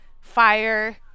fire